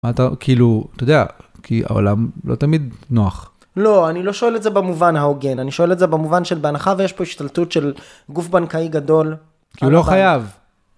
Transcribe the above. אתה כאילו אתה יודע כי העולם לא תמיד נוח לא אני לא שואל את זה במובן ההוגן אני שואל את זה במובן של בהנחה ויש פה השתלטות של גוף בנקאי גדול. לא חייב.